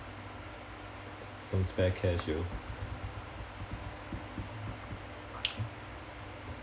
some spare cash you know